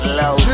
low